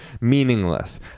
meaningless